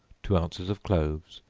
two ounces of cloves,